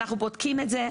אנחנו בודקים את זה.